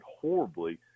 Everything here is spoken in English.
horribly